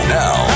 now